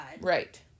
Right